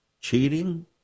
cheating